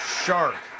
shark